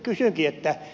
nyt kysynkin